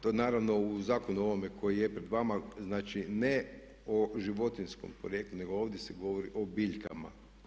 To je naravno u zakonu ovome koji je pred vama, znači ne o životinjskom porijeklu nego ovdje se govori o biljkama.